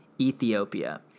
Ethiopia